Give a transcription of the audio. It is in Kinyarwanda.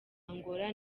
angola